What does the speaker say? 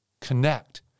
connect